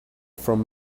from